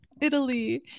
Italy